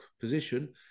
position